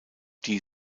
die